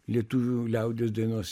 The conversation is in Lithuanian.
lietuvių liaudies dainos